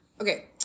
Okay